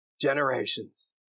generations